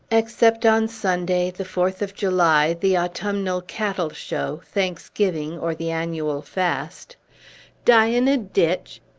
except on sunday, the fourth of july, the autumnal cattle-show, thanksgiving, or the annual fast die in a ditch!